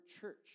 church